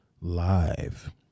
live